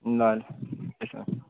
ल ल त्यसो हो भने